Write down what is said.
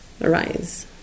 arise